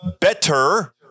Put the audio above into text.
better